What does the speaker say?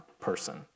person